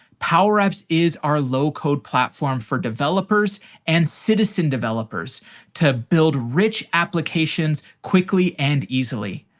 power apps is our low code platform for developers and citizen developers to build rich applications quickly and easily.